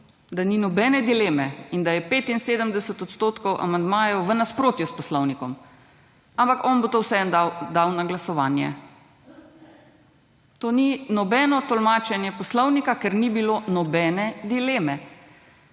da ni nobene dileme, in da je 75 odstotkov amandmajev v nasprotju s Poslovnikom, ampak on bo to vseeno dal na glasovanje. To ni nobeno tolmačenje Poslovnika, ker ni bilo nobene dileme.